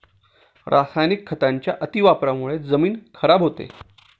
रासायनिक खतांच्या अतिवापरामुळे जमीन खराब होते